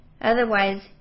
Otherwise